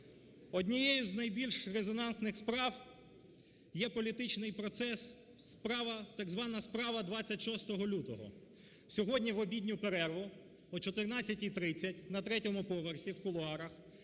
Однією з найбільш резонансних справ є політичний процес так звана справа 26 лютого. Сьогодні в обідню перерву о 14:30 на третьому поверсі в кулуарах